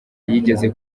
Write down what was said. yigeze